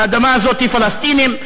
האדמה הזאת היא פלסטינית.